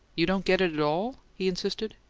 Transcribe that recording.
you don't get it at all? he insisted.